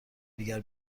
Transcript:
دیگر